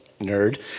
Nerd